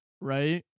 right